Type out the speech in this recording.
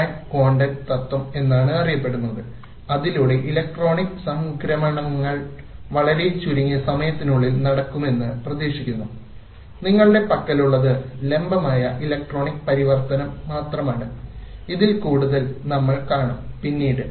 Frank Condon തത്ത്വം എന്നാണ് അറിയപ്പെടുന്നത് അതിലൂടെ ഇലക്ട്രോണിക് സംക്രമണങ്ങൾ വളരെ ചുരുങ്ങിയ സമയത്തിനുള്ളിൽ നടക്കുമെന്ന് പ്രതീക്ഷിക്കുന്നു നിങ്ങളുടെ പക്കലുള്ളത് ലംബമായ ഇലക്ട്രോണിക് പരിവർത്തനം മാത്രമാണ് ഇതിൽ കൂടുതൽ നമ്മൾ കാണും പിന്നീട്